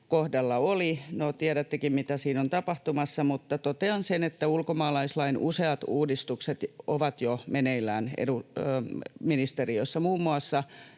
kohdalla oli. No, tiedättekin, mitä siinä on tapahtumassa. Mutta totean sen, että ulkomaalaislain useat uudistukset ovat jo meneillään eri ministeriöissä — muun muassa